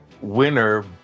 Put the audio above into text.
winner